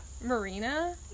Marina